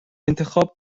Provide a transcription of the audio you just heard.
انتخاب